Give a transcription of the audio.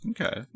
Okay